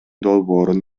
долбоорун